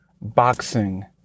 boxing